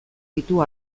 ditu